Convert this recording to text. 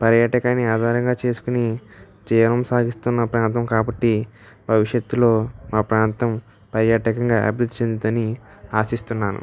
పర్యాటకాన్ని ఆధారంగా చేసుకొని జీవనం సాగిస్తున్న ప్రాంతం కాబట్టి భవిష్యత్తులో మా ప్రాంతం పర్యాటకంగా అభివృద్ధి చెందుతుందని ఆశిస్తున్నాను